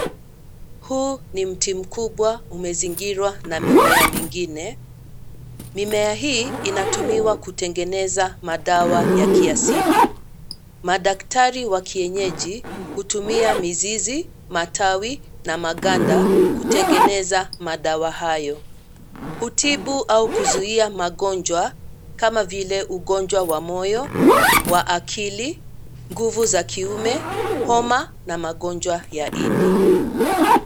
Huu ni mti mkubwa umezingirwa na mimea mingine. Mimea hii inatumiwa kutengeneza madawa ya kiasili. Madaktari wa kienyeji, hutumia mizizi, matawi na maganda, kutengeneza, madawa hayo. Hutibu au kuzuia magonjwa, kama vile ugonjwa wa moyo, wa akili, nguvu za kiume, homa na magonjwa ya ini.